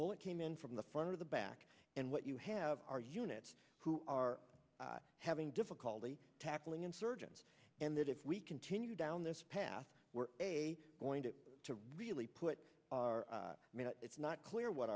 bullet came in from the front or the back and what you have our units who are having difficulty tackling insurgents and that if we continue down this path we're going to to really put our it's not clear what